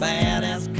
Badass